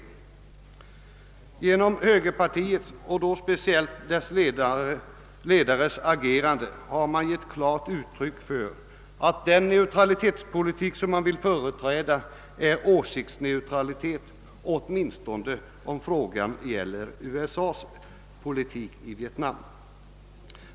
Genom högerpartiets, och då speciellt dess ledares, agerande har man givit klart uttryck för att den neutralitetspolitik högern vill företräda är åsiktsneutralitet, i varje fall om frågan gäller USA:s politik i Vietnam.